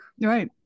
Right